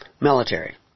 military